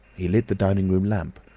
he lit the dining-room lamp,